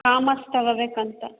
commerce ತಗೊಬೇಕಂತ